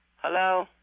Hello